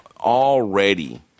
Already